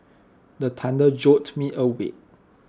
the thunder jolt me awake